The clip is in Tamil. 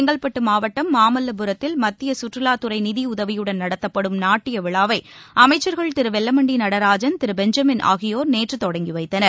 செங்கல்பட்டு மாவட்டம் மாமல்லபுரத்தில் மத்திய கற்றுவாத் துறை நிதியுதவியுடன் நடத்தப்படும் நாட்டிய விழாவை அமைச்சர்கள் திரு வெல்லமண்டி நடராஜன் திரு பெஞ்சமின் ஆகியோர் நேற்று தொடங்கி வைத்தனர்